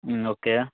ம் ஓகே